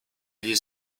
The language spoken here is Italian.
gli